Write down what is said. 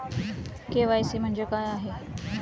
KYC म्हणजे काय आहे?